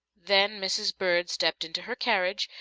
then mrs. bird stepped into her carriage,